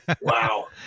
Wow